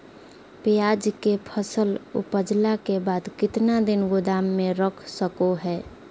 प्याज के फसल उपजला के बाद कितना दिन गोदाम में रख सको हय?